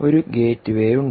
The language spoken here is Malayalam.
ഒരു ഗേറ്റ്വേ ഉണ്ട്